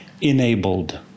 enabled